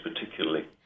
particularly